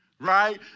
right